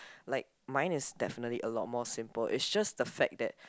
like mine is definitely a lot more simple it's just the fact that